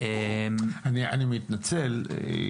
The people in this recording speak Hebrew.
אני מתנצל,